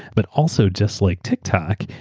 but also, just like tiktok,